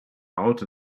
out